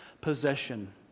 possession